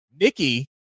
Nikki